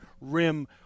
rim